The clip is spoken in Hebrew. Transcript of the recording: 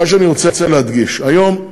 מה שאני רוצה להדגיש: היום,